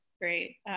Great